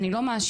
אני לא מאשימה,